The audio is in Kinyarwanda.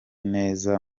neza